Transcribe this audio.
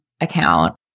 account